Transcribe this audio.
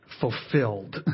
fulfilled